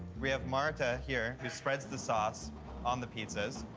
we have marta here, who spreads the sauce on the pizzas.